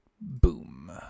boom